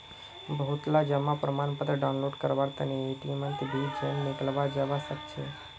बहुतला जमा प्रमाणपत्र डाउनलोड करवार तने एटीएमत भी जयं निकलाल जवा सकछे